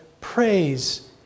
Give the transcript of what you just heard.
praise